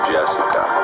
Jessica